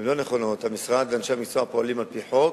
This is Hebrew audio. לא נכונות: אנשי המשרד פועלים על-פי חוק.